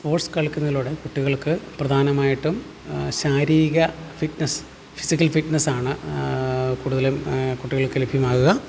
sports കളിക്കുന്നതിലൂടെ കുട്ടികൾക്ക് പ്രധാനമായിട്ടും ശാരീക ഫിറ്റ്നസ് ഫിസിക്കൽ ഫിറ്റ്നസ്സാണ് കൂടുതലും കുട്ടികൾക്ക് ലഭ്യമാവുക